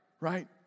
Right